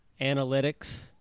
analytics